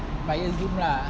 via zoom lah